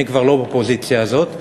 אני כבר לא בפוזיציה הזאת,